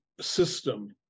system